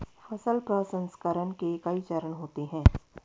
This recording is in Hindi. फसल प्रसंसकरण के कई चरण होते हैं